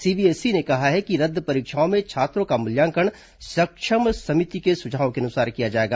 CBSE ने कहा है कि रद्द परीक्षाओं में छात्रों का मूल्यांकन सक्षम समिति के सुझावों के अनुसार किया जाएगा